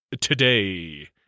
today